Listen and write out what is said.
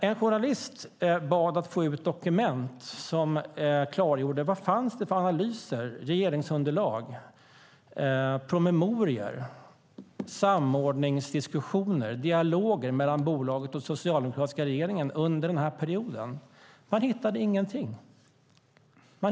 En journalist bad att få ut dokument som klargjorde vad det fanns för analyser, regeringsunderlag, promemorior, samordningsdiskussioner, dialoger mellan bolaget och den socialdemokratiska regeringen under den perioden. Man hittade ingenting.